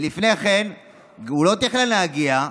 ולפני כן הוא לא תכנן להגיע.